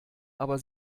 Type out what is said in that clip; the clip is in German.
aber